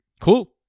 cool